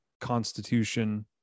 constitution